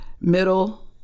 middle